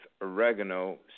oregano